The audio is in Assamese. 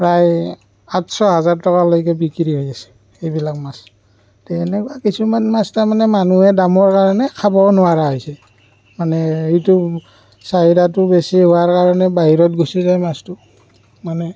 প্ৰায় আঠশ হাজাৰ টকালৈকে বিক্ৰী হৈ আছে সেইবিলাক মাছে তে এনেকুৱা কিছুমান মাছ তাৰমানে মানুহে দামৰ কাৰণে খাবও নোৱাৰা হৈছে মানে এইটো চাহিদাটো বেছি হোৱাৰ কাৰণে বাহিৰত গুছি যায় মাছটো মানে